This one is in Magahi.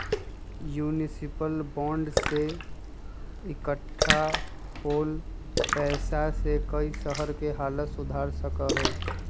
युनिसिपल बांड से इक्कठा होल पैसा से कई शहर के हालत सुधर सका हई